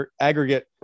aggregate